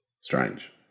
Strange